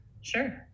sure